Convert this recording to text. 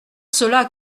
cela